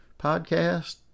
podcast